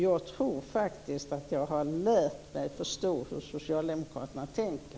Jag tror faktiskt att jag har lärt mig förstå hur socialdemokraterna tänker.